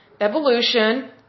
evolution